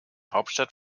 hauptstadt